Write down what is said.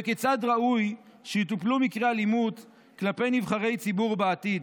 וכיצד ראוי שיטופלו מקרי אלימות כלפי נבחרי ציבור בעתיד?